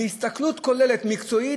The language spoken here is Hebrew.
בהסתכלות כוללת מקצועית,